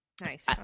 nice